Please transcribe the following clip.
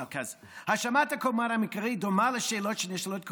האשמת הקורבן המקראית דומה לשאלות שנשאלות נשים